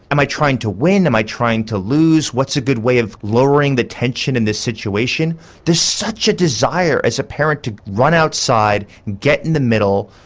am i trying to win, am i trying to lose, what's a good way of lowering the tension in this situation there's such a desire as a parent to run outside, get in the middle,